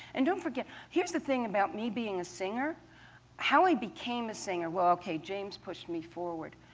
and don't forget, here's the thing about me being a singer how i became a singer, well, ok, james pushed me forward.